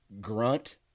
grunt